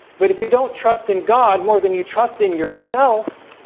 but if you don't trust in god more than you trust in yourself